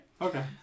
Okay